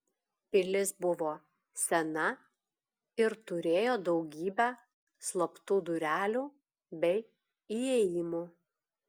pilis buvo sena ir turėjo daugybę slaptų durelių bei įėjimų